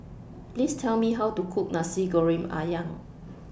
Please Tell Me How to Cook Nasi Goreng Ayam